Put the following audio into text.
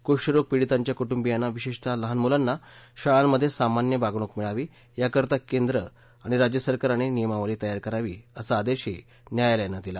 कुष्ठरोगपिडीतांच्या कुटुंबियांना विशेषतः लहान मुलांना शाळांमध्ये सामान्य वागणूक मिळावी याकरता केंद्र आणि राज्यसरकारांनी नियमावली तयार करावी असाही आदेश न्यायालयानं दिला